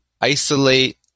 isolate